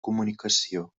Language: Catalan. comunicació